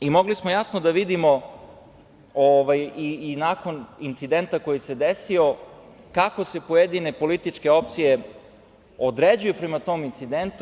Mogli smo jasno da vidimo, i nakon incidenta koji se desio, kako se pojedine političke opcije određuju prema tom incidentu.